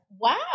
Wow